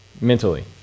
mentally